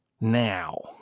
Now